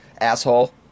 asshole